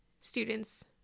students